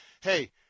hey